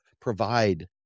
provide